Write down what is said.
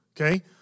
okay